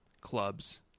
Clubs